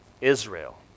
Israel